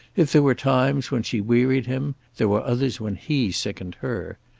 if there were times when she wearied him, there were others when he sickened her.